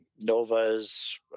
Nova's